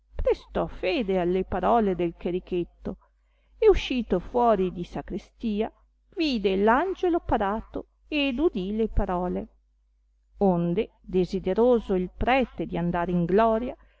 prestò fede alle parole del cherichetto e uscito fuori di sacrestia vide l'angiolo parato ed udì le parole onde desideroso il prete di andare in gloria